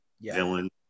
villain